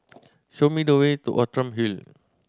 show me the way to Outram Hill